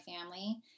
family